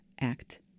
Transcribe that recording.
act